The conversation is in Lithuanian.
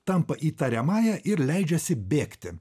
tampa įtariamąja ir leidžiasi bėgti